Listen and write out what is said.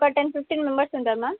ఒకే ten fifteen members ఉంటారు ma'am